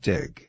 Dig